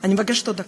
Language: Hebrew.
אני מבקשת עוד דקה.